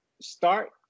start